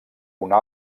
una